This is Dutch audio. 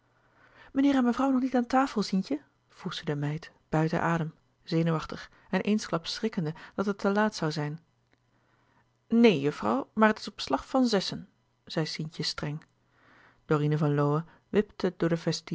meneer en mevrouw nog niet aan tafel sientje vroeg zij de meid buiten adem zenuwachtig en eensklaps schrikkende dat het te laat zoû zijn neen juffrouw maar het is op slag van zessen zei sientje streng dorine van lowe wipte door de